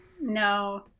No